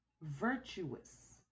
Virtuous